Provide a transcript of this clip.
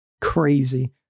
crazy